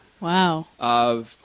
Wow